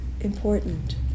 important